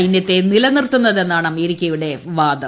സൈന്യത്തെ നിലനിർത്തുന്നതെന്നാണ് അ്മേരിക്കയുടെ വാദം